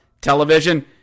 television